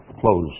close